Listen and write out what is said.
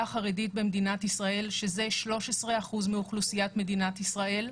חרדית במדינת ישראל שזה 13% מהאוכלוסייה במדינת ישראל.